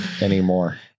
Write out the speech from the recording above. anymore